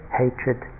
hatred